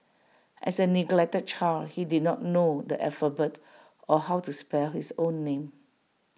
as A neglected child he did not know the alphabet or how to spell his own name